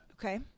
Okay